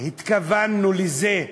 התכוונו לזה.